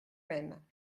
même